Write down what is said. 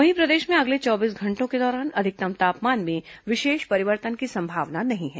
वहीं प्रदेश में अगले चौबीस घंटों के दौरान अधिकतम तापमान में विशेष परिवर्तन की संभावना नहीं है